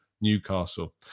Newcastle